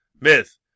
Myth